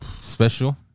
special